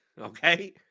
Okay